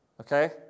Okay